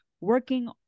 working